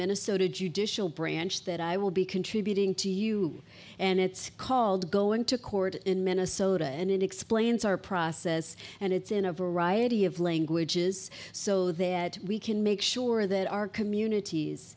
minnesota judicial branch that i will be contributing to you and it's called going to court in minnesota and it explains our process and it's in a variety of languages so that we can make sure that our communities